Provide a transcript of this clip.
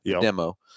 demo